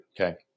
Okay